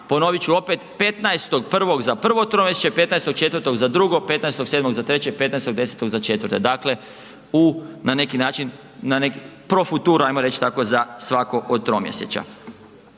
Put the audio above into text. ponovit ću opet, 15.1. za prvo tromjesečje, 15.4. za drugo, 15.7. za treće i 15.10. za četvrto. Dakle na neki način pro futuro ajmo reći za svako od tromjesečja.